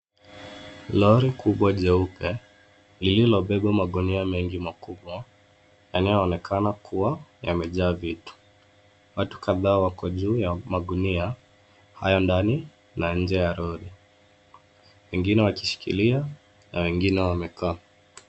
Lori kubwa jeupe lililobeba magunia mengi makubwa yanayoonekana kuwa yamejaa vitu. Watu kadhaa wako juu ya magunia haya ndani na nje ya lori wengine wakishikilia na wengine wakikaa.